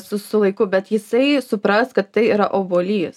su su laiku bet jisai supras kad tai yra obuolys